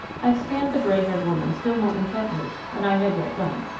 i scanned the gray-haired woman still more intently than i had yet done.